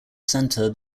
center